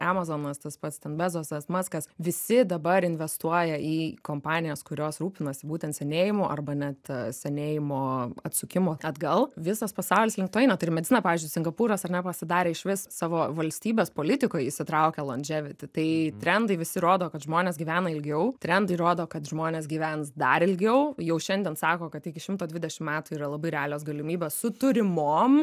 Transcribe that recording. amazonas tas pats ten bezosas maskas visi dabar investuoja į kompanijas kurios rūpinasi būtent senėjimu arba net senėjimo atsukimu atgal visas pasaulis link to eina tai ir medicina pavyzdžiui singapūras ar ne pasidarė išvis savo valstybės politikoj įsitraukė londževiti tai trendai visi rodo kad žmonės gyvena ilgiau trendai rodo kad žmonės gyvens dar ilgiau jau šiandien sako kad iki šimto dvidešim metų yra labai realios galimybės su turimom